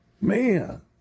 Man